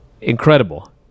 incredible